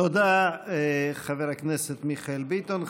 תודה, חבר הכנסת מיכאל ביטון.